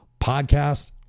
Podcast